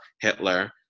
Hitler